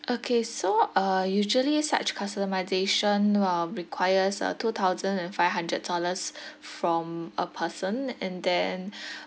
okay so uh usually such customisation will requires uh two thousand and five hundred dollars from a person and then